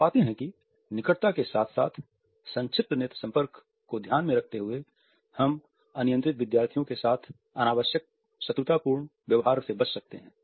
हम पाते हैं कि निकटता के साथ साथ संक्षिप्त नेत्र संपर्क को ध्यान में रखते हुए हम अनियंत्रित विद्यार्थियों के साथ अनावश्यक शत्रुतापूर्ण व्यवहार से बच सकते हैं